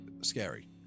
scary